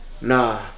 Nah